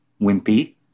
Wimpy